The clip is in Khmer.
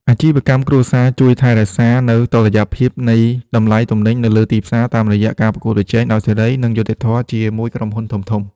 អាជីវកម្មគ្រួសារជួយថែរក្សានូវតុល្យភាពនៃតម្លៃទំនិញនៅលើទីផ្សារ តាមរយៈការប្រកួតប្រជែងដោយសេរី និងយុត្តិធម៌ជាមួយក្រុមហ៊ុនធំៗ។